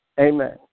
Amen